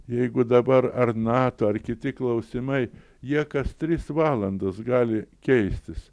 jeigu dabar ar nato ar kiti klausimai jie kas tris valandas gali keistis